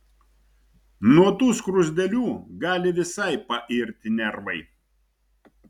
nuo tų skruzdėlių gali visai pairti nervai